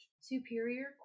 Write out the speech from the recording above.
Superior